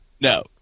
No